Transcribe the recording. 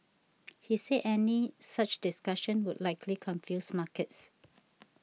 he said any such discussions would likely confuse markets